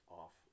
off